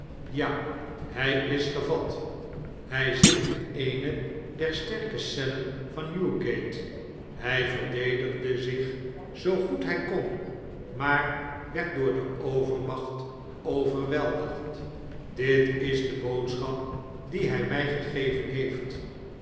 ja hij is gevat hij zit in eene der sterke cellen van newgate hij verdedigde zich zoo goed hij kon maar werd door de overmacht overweldigd dit is de boodschap die hij mij gegeven heeft